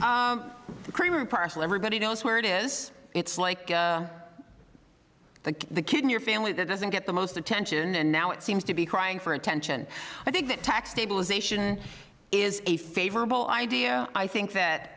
now parcel everybody knows where it is it's like that the kid in your family that doesn't get the most attention and now it seems to be crying for attention i think that tax stabilization is a favorable idea i think that